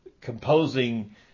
composing